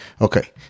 Okay